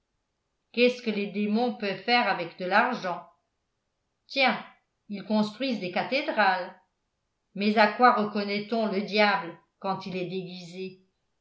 qu'est-ce que les démons peuvent faire avec de l'argent tiens ils construisent des cathédrales mais à quoi reconnaît on le diable quand il est déguisé